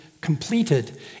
completed